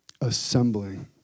assembling